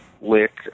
lick